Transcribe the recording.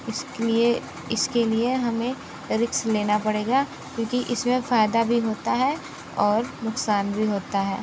इस के लिए इस के लिए हमें रिक्स लेना पड़ेगा क्योंकि इस में फ़ायदा भी होता है और नुक़सान भी होता है